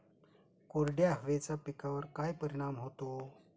कोरड्या हवेचा पिकावर काय परिणाम होतो?